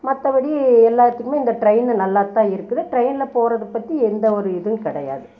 மற்றபடி எல்லாத்துக்குமே இந்த ட்ரெயினு நல்லாத்தான் இருக்குது ட்ரெயினில் போகிறது பற்றி எந்த ஒரு இதுவும் கிடையாது